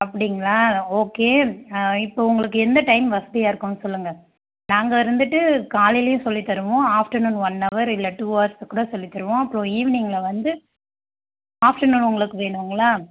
அப்படிங்களா ஓகே ஆ இப்போ உங்களுக்கு எந்த டைம் வசதியாக இருக்குதுன்னு சொல்லுங்கள் நாங்கள் இருந்துவிட்டு காலையிலேயும் சொல்லித்தருவோம் ஆஃப்டர்நூன் ஒன் அவர் இல்லை டூ அவர்ஸ் கூட சொல்லித்தருவோம் இப்போது ஈவினிங்கில் வந்து ஆஃப்டர்நூன் உங்களுக்கு வேணும்ங்களா